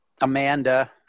Amanda